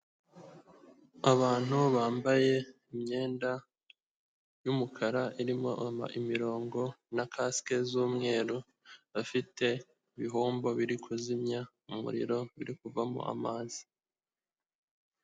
Abantu bambaye imyenda y'umukara irimo imirongo na kasike z'umweru, bafite ibihombo biri kuzimya umuriro, biri kuvamo amazi.